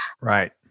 Right